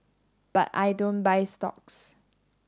but I don't buy stocks